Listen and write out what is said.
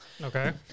Okay